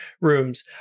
rooms